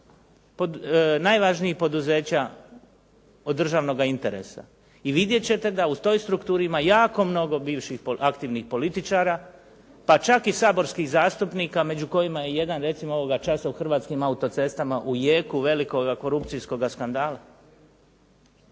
najvažnijih poduzeća od državnoga interesa i vidjeti ćete da u toj strukturi ima jako mnogo bivših aktivnih političara, pa čak i saborskih zastupnika, među kojima je jedan recimo ovoga časa u Hrvatskim autocestama u jeku velikoga korupcijskoga skandala.